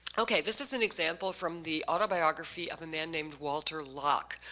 okay, this is an example from the autobiography of a man named walter locke,